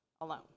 alone